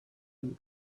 and